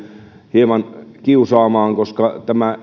hieman kiusaamaan koska tämä